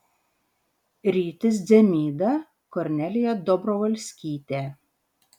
rytis dzemyda kornelija dobrovolskytė